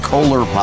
Kohler